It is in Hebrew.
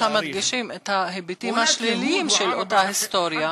המדגישים את ההיבטים השליליים של אותה היסטוריה.